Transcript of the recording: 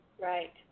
Right